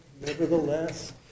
nevertheless